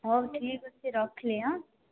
ହଉ ଠିକ୍ ଅଛି ରଖିଲି ଅଁ